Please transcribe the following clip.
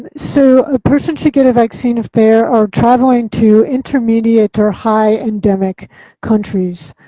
and so a person should get a vaccine if they are are traveling to intermediate or high endemic countries.